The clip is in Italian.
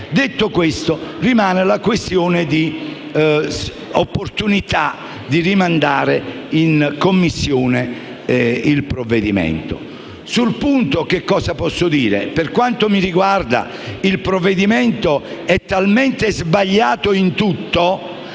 Ciò premesso, rimane la questione di opportunità di rimandare in Commissione il provvedimento. Sul punto che cosa posso dire? Per quanto mi riguarda, il provvedimento è talmente sbagliato in tutto